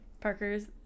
Parker's